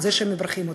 את זה שמברכים אותו.